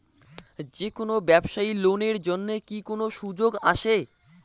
যে কোনো ব্যবসায়ী লোন এর জন্যে কি কোনো সুযোগ আসে?